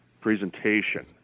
presentation